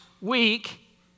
week